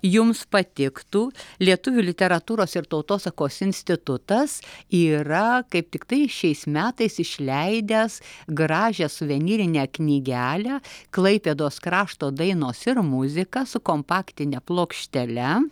jums patiktų lietuvių literatūros ir tautosakos institutas yra kaip tiktai šiais metais išleidęs gražią suvenyrinę knygelę klaipėdos krašto dainos ir muzika su kompaktine plokštele